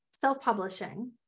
self-publishing